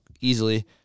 easily